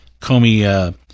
Comey